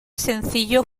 sencillo